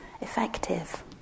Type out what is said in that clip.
effective